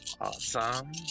Awesome